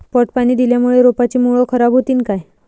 पट पाणी दिल्यामूळे रोपाची मुळ खराब होतीन काय?